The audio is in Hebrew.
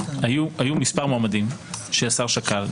היו מספר מועמדים שהשר שקל,